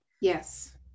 yes